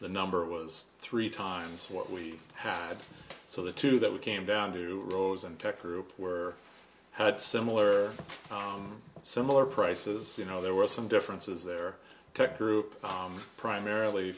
the number was three times what we had so the two that we came down to the rose and tech group were similar on similar prices you know there were some differences their tech group primarily